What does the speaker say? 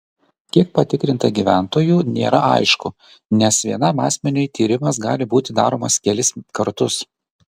kiek patikrinta gyventojų nėra aišku nes vienam asmeniui tyrimas gali būti daromas kelis kartus